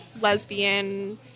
lesbian